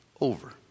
over